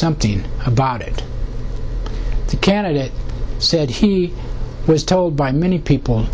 something about it the candidate said he was told by many people